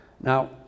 Now